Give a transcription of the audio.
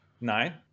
nine